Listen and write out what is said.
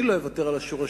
ואני לא אוותר על השורשים,